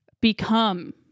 become